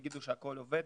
יגידו שהכול עובד,